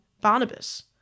Barnabas